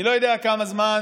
אני לא יודע כמה זמן